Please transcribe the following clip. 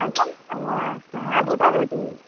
अहं पाठितवती